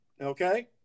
Okay